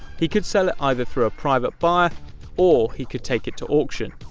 he could sell it either through a private buyer or he could take it to auction.